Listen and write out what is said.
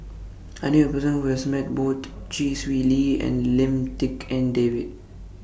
I knew A Person Who has Met Both Chee Swee Lee and Lim Tik En David